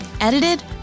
Edited